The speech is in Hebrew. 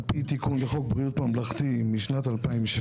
על פי חוק תיקון בריאות ממלכתי משנת 2017,